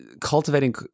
cultivating